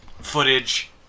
footage